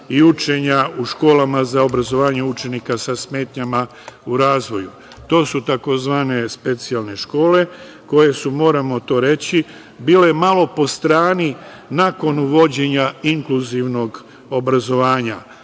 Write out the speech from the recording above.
i učenja u školama za obrazovanje učenika sa smetnjama u razvoju. To su tzv. specijalne škole koje su, moramo to reći, bile malo po strani nakon uvođenja inkluzivnog obrazovanja.